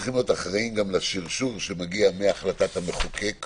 צריכים להיות גם אחראים לשרשור שמגיע מהחלטת המחוקק